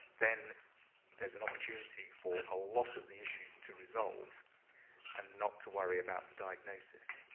then there's an opportunity for a lot of the issues to resolve and not to worry about the diagnosis.